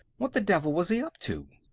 what the devil was he up to?